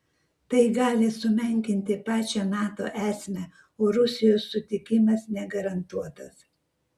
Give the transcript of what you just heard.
tai gali sumenkinti pačią nato esmę o rusijos sutikimas negarantuotas